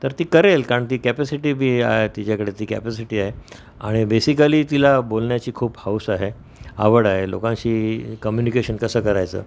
तर ती करेल कारण ती कॅपॅसिटी बी आहे तिच्याकडे ती कॅपॅसिटी आहे आणि बेसिकली तिला बोलण्याची खूप हौस आहे आवड आहे लोकांशी कम्युनिकेशन कसं करायचं